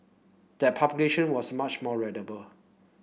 that was much more readable